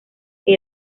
que